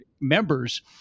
members